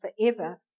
forever